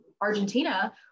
Argentina